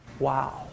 Wow